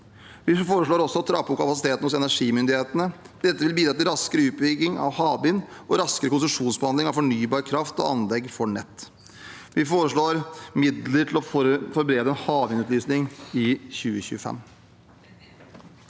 Vi foreslår også å trappe opp kapasiteten hos energimyndighetene. Dette vil bidra til raskere utbygging av havvind og raskere konsesjonsbehandling av fornybar kraft og anlegg for nett. Vi foreslår også midler til å forberede en havvindutlysning i 2025.